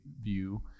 view